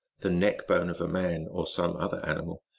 the neckbone of a man or some other animal,